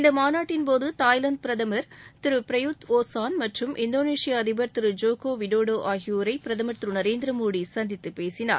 இந்த மாநாட்டின்போது தாய்லாந்து பிரதமர் பிரயுத் ஓசான் மற்றும் இந்தோனேஷிய அதிபர் திரு ஜோக்கோ விடோடோ ஆகியோரை பிரதமர் திரு நரேந்திரமோடி சந்தித்து பேசினார்